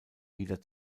wieder